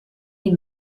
die